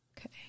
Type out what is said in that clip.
Okay